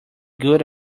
good